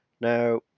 Now